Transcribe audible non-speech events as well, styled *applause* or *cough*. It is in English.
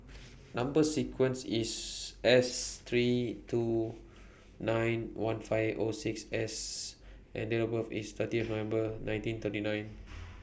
*noise* Number sequence IS S three two nine one five O six S and Date of birth IS thirtieth *noise* November nineteen thirty nine *noise*